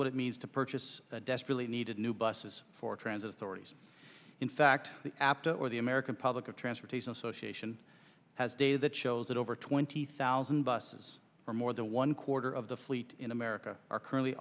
what it means to purchase desperately needed new buses for transit authorities in fact after or the american public a transportation association has data that shows that over twenty thousand buses are more than one quarter of the fleet in america are currently